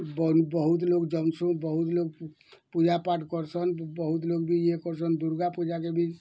ବହୁତ୍ ଲୋକ୍ ଯାଉଁସୁ ବହୁତ୍ ଲୋକ୍ ପୂଜାପାଠ୍ କର୍ସନ୍ ବହୁତ୍ ଲୋକ୍ ଦିନରୁ ୟେ କର୍ସନ୍ ଦୁର୍ଗାପୂଜା କେ ଭି